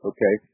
Okay